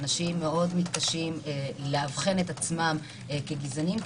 אנשים מאוד מתקשים לאבחן את עצמכם כגזענים,